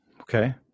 Okay